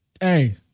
hey